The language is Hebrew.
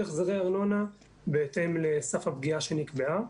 החזרי ארנונה בהתאם לסף הפגיעה שנקבע.